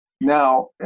Now